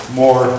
more